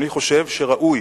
אני חושב שראוי